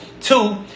two